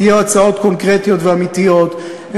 יהיו הצעות קונקרטיות ואמיתיות.